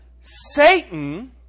Satan